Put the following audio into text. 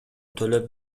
төлөп